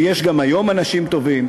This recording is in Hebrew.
ויש גם היום אנשים טובים,